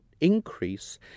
increase